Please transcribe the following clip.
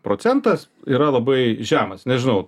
procentas yra labai žemas nežinau